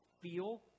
feel